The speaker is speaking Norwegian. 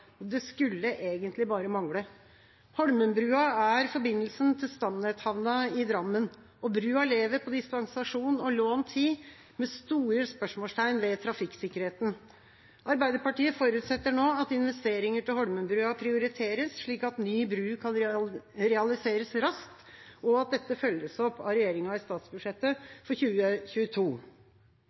Det skulle egentlig bare mangle. Holmenbrua er forbindelsen til stamnetthavna i Drammen, og brua lever på dispensasjon og lånt tid, med store spørsmålstegn ved trafikksikkerheten. Arbeiderpartiet forutsetter nå at investeringer til Holmenbrua prioriteres, slik at ny bru kan realiseres raskt, og at dette følges opp av regjeringa i statsbudsjettet for 2022.